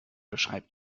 beschreibt